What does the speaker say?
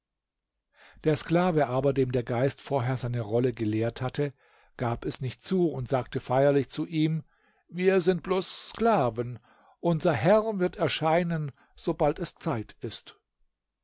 der sklave aber dem der geist vorher seine rolle gelehrt hatte gab es nicht zu und sagte feierlich zu ihm wir sind bloß sklaven unser herr wird erscheinen sobald es zeit ist